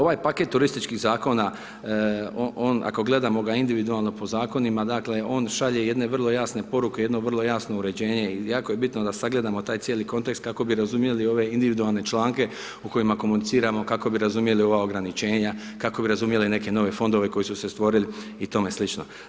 Ovaj paket turističkih zakona on ako gledamo ga individualno po zakonima, dakle on šalje jedne vrlo jasne poruke, jedno vrlo jasno uređenje i jako je bitno da sagledamo taj cijeli kontekst kako bi razumjeli ove individualne članke o kojima komuniciramo, kako bi razumjeli ova ograničenja, kako bi razumjeli neke nove fondove koji su se stvorili i tome slično.